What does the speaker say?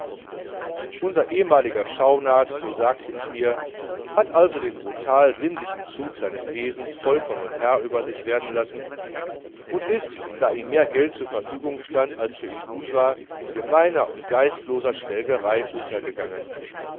unser ehemaliger schaunard so sagte ich mir hat also den brutal sinnlichen zug seines wesens vollkommen herr über sich werden lassen und ist da ihm mehr geld zur verfügung stand als für ihn gut war in gemeiner und geistloser schwelgerei untergegangen